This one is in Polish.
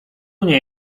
nie